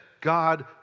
God